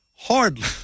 Hardly